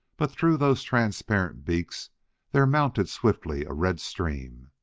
but through those transparent beaks there mounted swiftly a red stream.